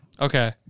Okay